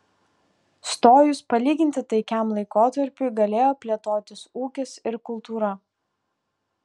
stojus palyginti taikiam laikotarpiui galėjo plėtotis ūkis ir kultūra